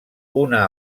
una